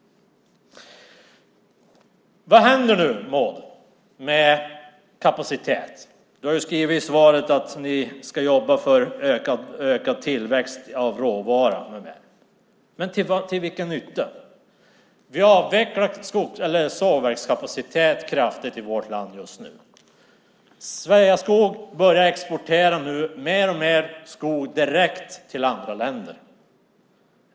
Vad händer nu, Maud, med kapaciteten? Du säger i svaret att ni ska jobba för ökad tillväxt av råvara. Men till vilken nytta? Vi avvecklar sågverkskapacitet kraftigt i vårt land just nu. Sveaskog börjar nu exportera mer och mer skog direkt till andra länder.